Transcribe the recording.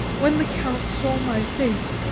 when the count saw my face,